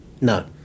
no